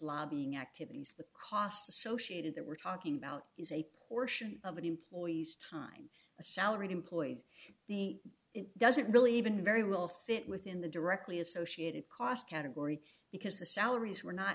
lobbying activities with costs associated that we're talking about is a portion of an employee's time a salaried employees the it doesn't really even very well fit within the directly associated cost category because the salaries were not